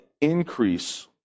increase